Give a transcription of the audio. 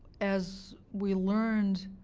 as we learned,